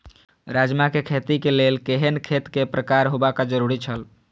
राजमा के खेती के लेल केहेन खेत केय प्रकार होबाक जरुरी छल?